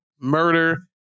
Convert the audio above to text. murder